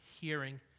hearing